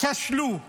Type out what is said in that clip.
כשלו וייכשלו,